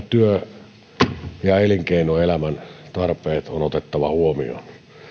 työ ja elinkeinoelämän tarpeet on otettava huomioon